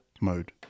mode